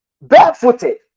barefooted